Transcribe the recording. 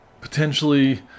potentially